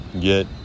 get